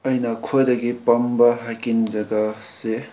ꯑꯩꯅ ꯈ꯭ꯋꯥꯏꯗꯒꯤ ꯄꯥꯝꯕ ꯍꯥꯏꯀꯤꯡ ꯖꯒꯥꯁꯦ